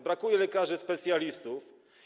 Brakuje lekarzy specjalistów.